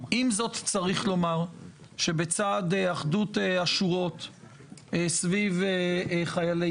עם זאת צריך לומר שבצד אחדות השורות סביב חיילי